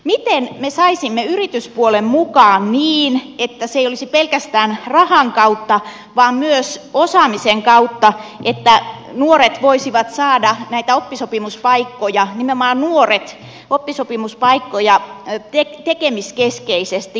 miten me saisimme yrityspuolen mukaan niin että se ei tapahtuisi pelkästään rahan kautta vaan myös osaamisen kautta niin että nuoret nimenomaan nuoret voisivat saada näitä oppisopimuspaikkoja tekemiskeskeisesti